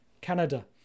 Canada